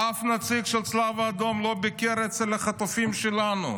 אף נציג של הצלב האדום לא ביקר אצל החטופים שלנו,